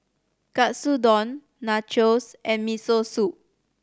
Katsudon Nachos and Miso Soup